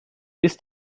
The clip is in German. ist